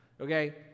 Okay